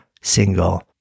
single